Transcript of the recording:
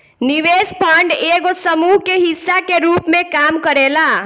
निवेश फंड एगो समूह के हिस्सा के रूप में काम करेला